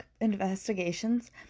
investigations